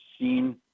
seen